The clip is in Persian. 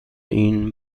این